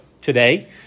today